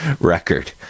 record